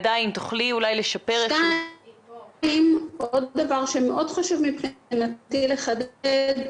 היא --- עוד דבר שמאוד חשוב מבחינתי לחדד,